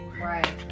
right